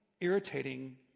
irritating